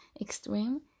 extreme